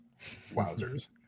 wowzers